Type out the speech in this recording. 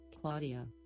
Claudia